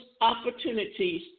opportunities